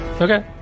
Okay